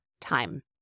time